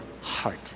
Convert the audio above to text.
heart